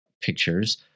pictures